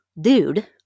dude